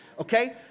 Okay